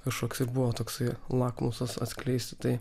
kažkoks ir buvo toksai lakmusas atskleisti tai